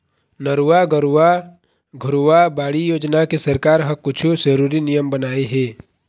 नरूवा, गरूवा, घुरूवा, बाड़ी योजना के सरकार ह कुछु जरुरी नियम बनाए हे